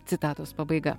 citatos pabaiga